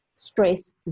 Stress